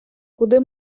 куди